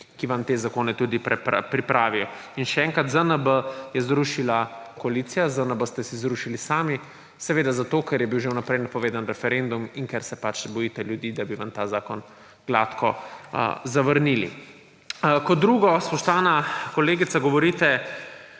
ki vam te zakone tudi pripravijo. In še enkrat, ZNB je zrušila koalicija, ZNB ste si zrušili sami, seveda zato, ker je bil že vnaprej napovedan referendum in ker se pač bojite ljudi, da bi vam ta zakon gladko zavrnili. Kot drugo, spoštovana kolegica, govorite,